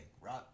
right